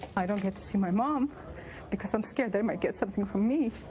i don't get to see my mom because i'm scared they might get something from me